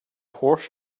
horse